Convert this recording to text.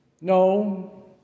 No